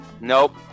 Nope